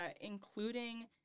including